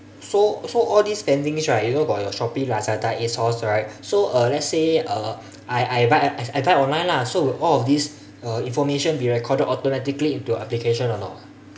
so so all these spending right you know about your shopee lazada asos right so uh let's say uh I I buy I buy online lah so all of this uh information be recorded automatically into your application or not